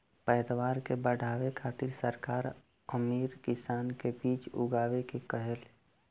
पैदावार के बढ़ावे खातिर सरकार अमीर किसान के बीज उगाए के कहेले